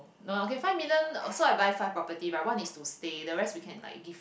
no okay five million so I buy five property right one is to stay the rest we can like give